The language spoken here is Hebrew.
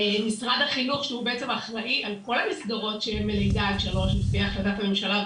משרד החינוך שהוא בעצם אחראי על כל המסגרות --- לפי החלטת הממשלה,